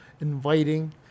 inviting